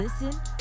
Listen